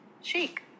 chic